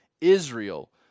Israel